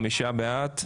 חמישה בעד.